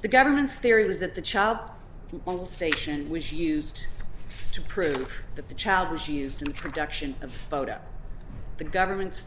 the government's theory was that the child station was used to prove that the child was used in production of photo the government's